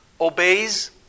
obeys